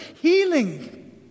healing